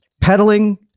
pedaling